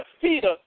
Peter